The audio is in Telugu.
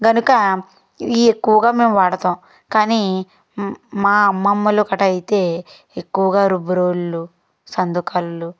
కనుక ఇవి ఎక్కువగా మేం వాడతాం కానీ మా అమ్మమ్మలు ఒకటైతే ఎక్కువగా రుబ్బురోళ్ళు సందుకళ్ళు